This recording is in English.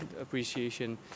appreciation